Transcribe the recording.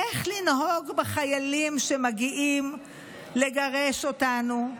איך לנהוג בחיילים שמגיעים לגרש אותנו?